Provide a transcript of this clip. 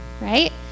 right